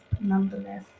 nonetheless